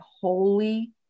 holy